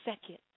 second